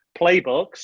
playbooks